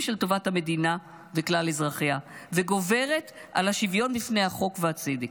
של טובת המדינה וכלל אזרחיה וגוברת על השוויון בפני החוק והצדק.